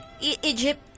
Egypt